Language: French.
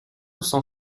cent